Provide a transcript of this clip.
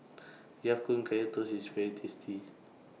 Ya Kun Kaya Toast IS very tasty